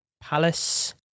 Palace